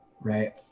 right